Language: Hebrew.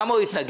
למה הוא התנגד?